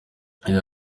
yagize